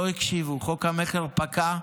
לא הקשיבו, חוק המכר פקע,